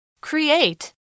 Create